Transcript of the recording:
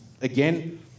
again